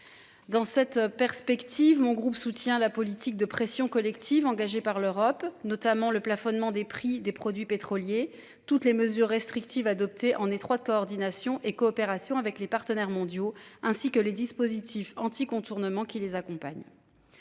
Dans cette perspective, mon groupe soutient la politique de pression collective engagée par l'Europe, notamment le plafonnement des prix des produits pétroliers. Toutes les mesures restrictives adoptées en étroite coordination et coopération avec les partenaires mondiaux, ainsi que les dispositifs anti-contournement qui les accompagnent.